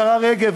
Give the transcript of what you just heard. השרה רגב,